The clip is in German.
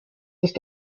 ist